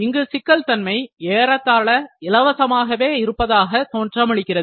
இங்கு சிக்கல் தன்மை ஏறத்தாள இலவசமாக இருப்பதாக தோற்றமளிக்கிறது